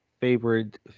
favorite